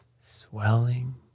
swelling